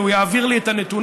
הוא יעביר לי את הנתונים,